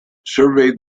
surveyed